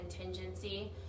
contingency